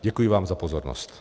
Děkuji vám za pozornost.